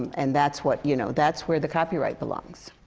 and that's what you know, that's where the copyright belongs.